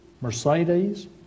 Mercedes